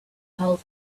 held